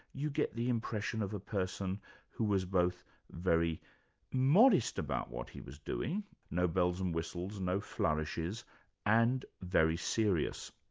you get the impression of a person who was both very modest about what he was doing no bells and whistles, no flourishes and very serious.